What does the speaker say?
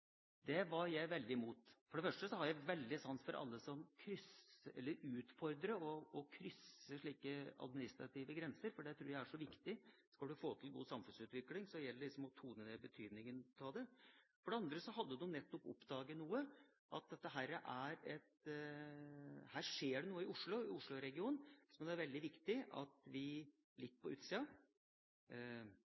Det var jeg veldig imot. For det første har jeg veldig sans for alle som utfordrer og krysser slike administrative grenser, for det tror jeg er så viktig. Skal en få til en god samfunnsutvikling, gjelder det å tone ned betydningen av det. For det andre hadde de nettopp oppdaget noe. Det skjer noe i Oslo-regionen som det er veldig viktig at vi litt